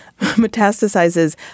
metastasizes